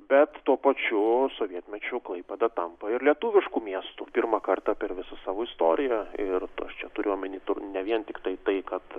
bet tuo pačiu sovietmečiu klaipėda tampa ir lietuvišku miestu pirmą kartą per visą savo istoriją ir aš čia turiu omeny ne vien tiktai tai kad